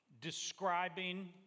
describing